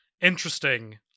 interesting